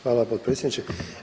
Hvala potpredsjedniče.